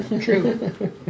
True